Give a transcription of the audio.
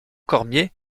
cormier